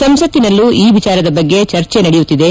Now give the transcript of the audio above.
ಸಂಸತ್ತಿನಲ್ಲೂ ಈ ವಿಚಾರದ ಬಗ್ಗೆ ಚರ್ಚೆ ನಡೆಯುತ್ತಿದೆ